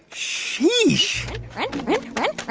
sheesh run, run,